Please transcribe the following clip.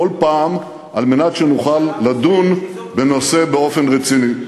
כל פעם, על מנת שנוכל לדון בנושא באופן רציני.